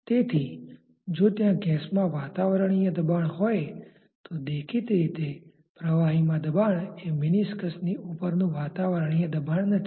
તેથી જો ત્યા ગેસમાં વાતાવરણીય દબાણ હોય તો દેખીતી રીતે પ્રવાહીમાં દબાણ એ મેનિસકસ ની ઉપર નુ વાતાવરણીય દબાણ નથી